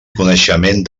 coneixement